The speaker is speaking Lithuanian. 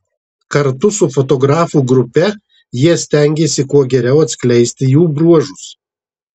kartu su fotografų grupe jie stengėsi kuo geriau atskleisti jų bruožus